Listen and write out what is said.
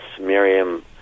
Miriam